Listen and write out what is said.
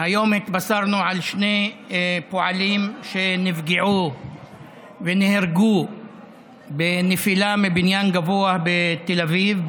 היום התבשרנו על שני פועלים שנפגעו ונהרגו בנפילה מבניין גבוה בתל אביב,